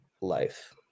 life